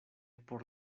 por